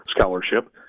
scholarship